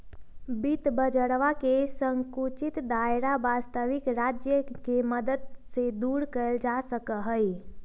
वित्त बाजरवा के संकुचित दायरा वस्तबिक राज्य के मदद से दूर कइल जा सका हई